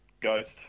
Ghost